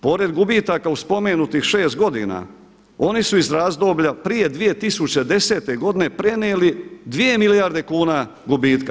Pored gubitaka u spomenutih 6 godina oni su iz razdoblja prije 2010. godine prenijeli 2 milijarde kune gubitka.